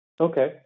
Okay